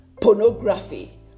Pornography